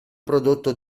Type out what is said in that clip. prodotto